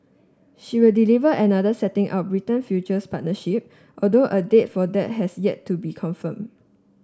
she will deliver another setting out Britain's future partnership although a date for that has yet to be confirmed